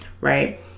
right